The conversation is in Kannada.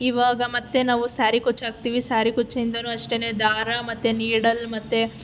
ಇವಾಗ ಮತ್ತೆ ನಾವು ಸಾರಿ ಕುಚ್ಚು ಹಾಕ್ತೀವಿ ಸಾರಿ ಕುಚ್ಚಿಂದನೂ ಅಷ್ಟೇನೇ ದಾರ ಮತ್ತೆ ನೀಡಲ್ ಮತ್ತೆ